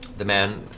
the man,